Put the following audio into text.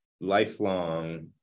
lifelong